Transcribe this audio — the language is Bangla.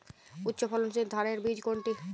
উচ্চ ফলনশীল ধানের বীজ কোনটি?